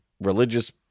religious